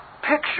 picture